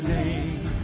name